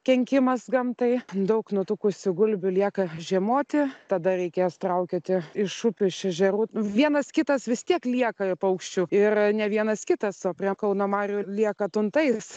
kenkimas gamtai daug nutukusių gulbių lieka žiemoti tada reikės traukioti iš upių iš ežerų vienas kitas vis tiek lieka paukščių ir ne vienas kitas o prie kauno marių lieka tuntais